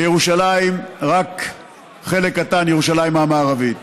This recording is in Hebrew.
ורק חלק קטן מירושלים המערבית.